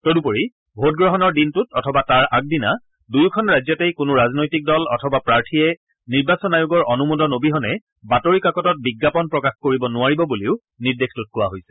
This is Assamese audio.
তদুপৰি ভোটগ্ৰহণৰ দিনটোত অথবা তাৰ আগদিনা দুয়োখন ৰাজ্যতেই কোনো ৰাজনৈতিক দল অথবা প্ৰাৰ্থীয়ে নিৰ্বাচন আয়োগৰ অনুমোদন অবিহনে বাতৰি কাকতত বিজ্ঞাপন প্ৰকাশ কৰিব নোৱাৰিব বুলিও নিৰ্দেশটোত কোৱা হৈছে